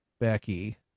becky